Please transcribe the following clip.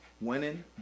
winning